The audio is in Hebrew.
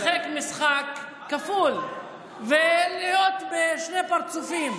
לשחק משחק כפול ולהיות בשני פרצופים.